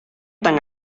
tan